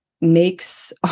makes